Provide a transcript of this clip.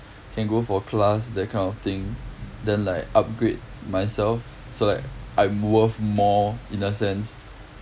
can go for class that kind of thing then like upgrade myself so like I'm worth more in a sense